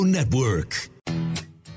Network